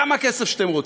כמה כסף שאתם רוצים.